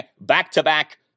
back-to-back